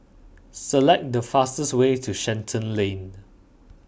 select the fastest way to Shenton Lane